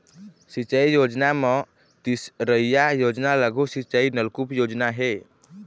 सिंचई योजना म तीसरइया योजना लघु सिंचई नलकुप योजना हे